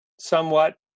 somewhat